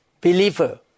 believer